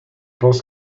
penses